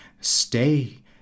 Stay